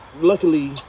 Luckily